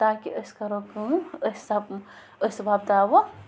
تاکہِ أسۍ کَرو کٲم أسۍ أسۍ وۄپداوو